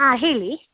ಹಾಂ ಹೇಳಿ